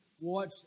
watch